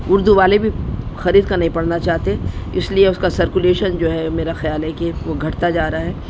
اردو والے بھی خرید کر نہیں پڑھنا چاہتے اس لیے اس کا سڑکولیشن جو ہے میرا خیال ہے کہ وہ گھٹتا جا رہا ہے